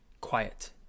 quiet